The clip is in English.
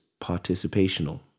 participational